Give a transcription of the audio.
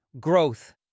growth